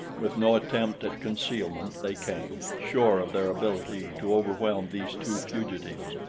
with no attempt at concealment they came, sure of their ability to overwhelm these two fugitives,